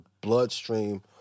bloodstream